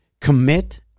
Commit